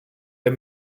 der